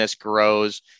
grows